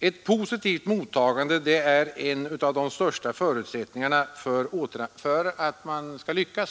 Ett positivt mottagande är en av de största förutsättningarna för att återanpassningen skall lyckas.